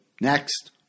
next